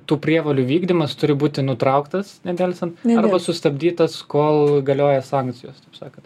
tų prievolių vykdymas turi būti nutrauktas nedelsiant arba sustabdytas kol galioja sankcijos taip sakant